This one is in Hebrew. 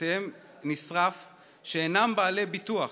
שביתם נשרף ואינם בעלי ביטוח,